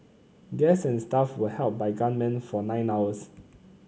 guest and staff were held by gunmen for nine hours